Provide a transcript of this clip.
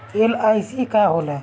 LIC का होला?